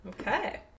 Okay